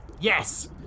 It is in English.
Yes